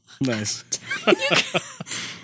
Nice